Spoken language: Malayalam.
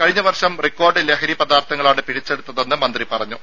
കഴിഞ്ഞ വർഷം റിക്കോർഡ് ലഹരി പദാർത്ഥങ്ങളാണ് പിടിച്ചെടുത്തതെന്ന് മന്ത്രി പറഞ്ഞു